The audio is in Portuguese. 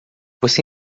você